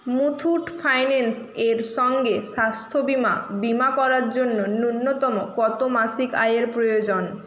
Muthoot finance এর সঙ্গে স্বাস্থ্য বীমা বীমা করার জন্য ন্যূনতম কত মাসিক আয়ের প্রয়োজন